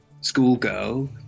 schoolgirl